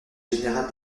général